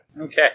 Okay